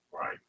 Right